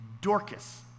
Dorcas